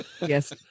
Yes